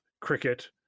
Cricket